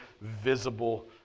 visible